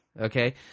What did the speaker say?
Okay